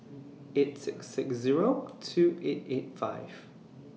eight six six Zero two eight eight five